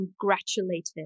congratulated